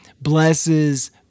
blesses